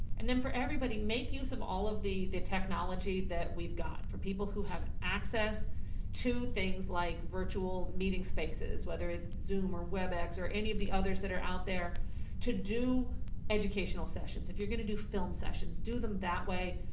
and then for everybody make use of all of the the technology that we've got. for people who have access to things like virtual meeting spaces, whether it's zoom or webex or any of the others that are out there to do educational sessions. if you're gonna do film sessions do them that way,